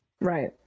Right